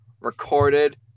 recorded